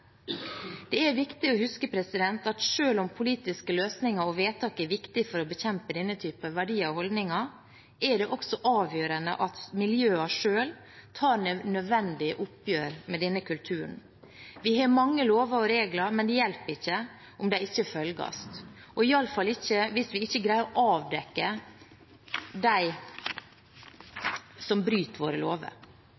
Det er viktig å huske at selv om politiske løsninger og vedtak er viktig for å bekjempe denne typen verdier og holdninger, er det også avgjørende at miljøene selv tar et nødvendig oppgjør med denne kulturen. Vi har mange lover og regler, men det hjelper ikke om de ikke følges – og iallfall ikke hvis vi ikke greier å avdekke